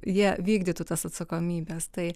jie vykdytų tas atsakomybes tai